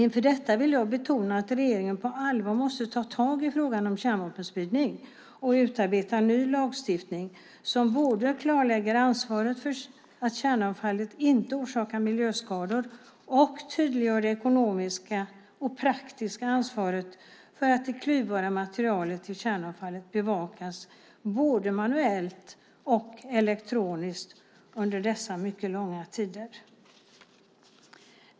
Inför detta vill jag betona att regeringen på allvar måste ta tag i frågan om kärnvapenspridning och utarbeta en ny lagstiftning som både klarlägger ansvaret för att kärnavfallet inte orsakar miljöskador och tydliggör det ekonomiska och praktiska ansvaret för att det klyvbara materialet i kärnavfallet bevakas både manuellt och elektroniskt under dessa mycket långa tider.